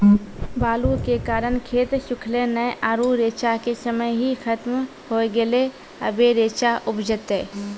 बालू के कारण खेत सुखले नेय आरु रेचा के समय ही खत्म होय गेलै, अबे रेचा उपजते?